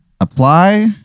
apply